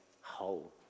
whole